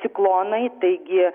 ciklonai taigi